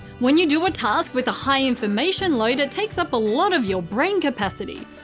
when you do a task with a high information load, it takes up a lot of your brain capacity.